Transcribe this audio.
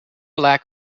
lack